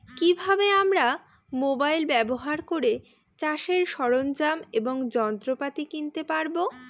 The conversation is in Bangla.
কি ভাবে আমরা মোবাইল ব্যাবহার করে চাষের সরঞ্জাম এবং যন্ত্রপাতি কিনতে পারবো?